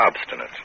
obstinate